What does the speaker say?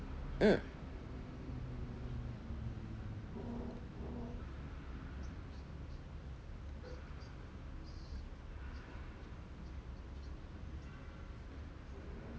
mm